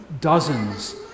dozens